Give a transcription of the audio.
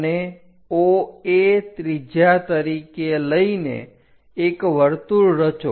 અને OA ત્રિજ્યા તરીકે લઈને એક વર્તુળ રચો